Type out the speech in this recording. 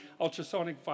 ultrasonic